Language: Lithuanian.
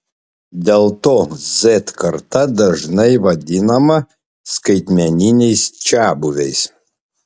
dėl to z karta dažnai vadinama skaitmeniniais čiabuviais